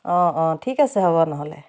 অঁ অঁ ঠিক আছে হ'ব নহ'লে